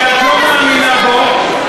שאת לא מאמינה בו,